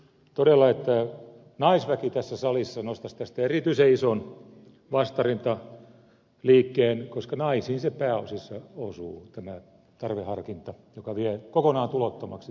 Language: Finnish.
luulisi todella että naisväki tässä salissa nostaisi tästä erityisen ison vastarintaliikkeen koska naisiin se pääasiassa osuu tämä tarveharkinta joka vie kokonaan tulottomaksi tietyissä tapauksissa